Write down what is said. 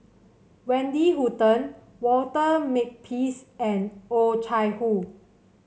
Wendy Hutton Walter Makepeace and Oh Chai Hoo